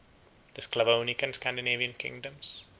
the sclavonic and scandinavian kingdoms,